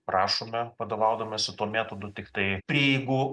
prašome vadovaudamiesi tuo metodu tiktai prieigų